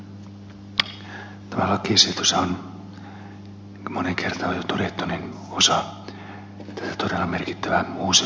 tämä lakiesityshän on niin kun moneen kertaan on jo todettu osa tätä todella merkittävää uusiutuvan energian kokonaispakettia